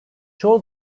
çoğu